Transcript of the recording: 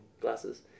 glasses